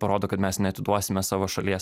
parodo kad mes neatiduosime savo šalies